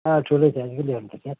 अँ ठुलो साइजकै ल्याउनुपर्छ